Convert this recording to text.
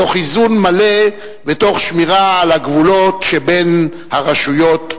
תוך איזון מלא ותוך שמירה על הגבולות שבין הרשויות.